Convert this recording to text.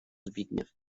zbigniew